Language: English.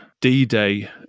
D-Day